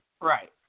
Right